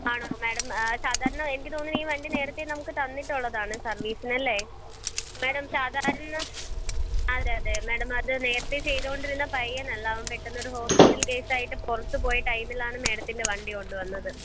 ആണോ മാഡം സാധാരണ എനിക്ക് തോന്നണു ഈ വണ്ടി നേരത്തെ നമുക്ക് തന്നിട്ടുള്ളതാണ് സർവ്വീസിനല്ലേ മാഡം സാധാരണ അതെയതെ മാഡം അത് നേരത്തെ ചെയ്തുകൊണ്ടിരുന്ന പയ്യനല്ല അവൻ പെട്ടെന്ന് ഒരു ഹോസ്പിറ്റൽ കേസായിട്ട് പുറത്തുപോയ ടൈമിലാണ് മാഡത്തിൻ്റെ വണ്ടി കൊണ്ടുവന്നത്